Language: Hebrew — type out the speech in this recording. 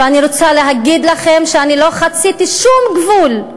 ואני רוצה להגיד לכם שאני לא חציתי שום גבול,